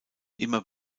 immer